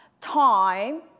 time